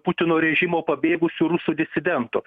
putino režimo pabėgusių rusų disidentų